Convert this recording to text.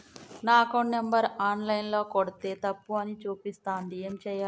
నా account number online ల కొడ్తే తప్పు అని చూపిస్తాంది ఏం చేయాలి?